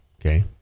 Okay